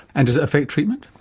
and does it affect treatment?